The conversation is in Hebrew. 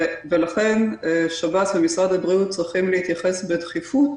לכן, שב"ס ומשרד הבריאות צריכים להתייחס בדחיפות